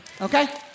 Okay